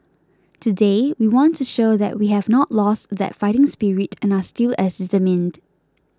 today we want to show that we have not lost that fighting spirit and are still as determined